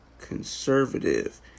conservative